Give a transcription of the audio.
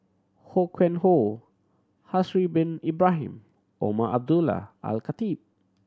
Ho Yuen Hoe Haslir Bin Ibrahim Umar Abdullah Al Khatib